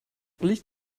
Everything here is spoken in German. licht